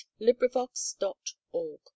LibriVox.org